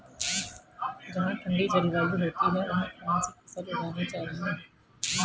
जहाँ ठंडी जलवायु होती है वहाँ कौन सी फसल उगानी चाहिये?